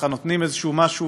נותנים איזשהו משהו